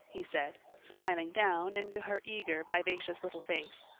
he said, smiling down into her eager, vivacious little face.